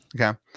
Okay